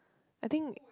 I think